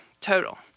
total